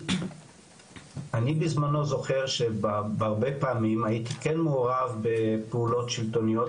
אני בזמנו זוכר שבהרבה פעמים הייתי כן מעורב בפעולות שלטוניות,